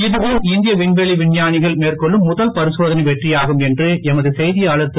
இதுவும் இந்திய விண்வெளி விஞ்ஞானிகள் மேற்கொள்ளும் முதல் பரிசோதனை வெற்றி ஆகும் என்று எமது செய்தியாளர் திரு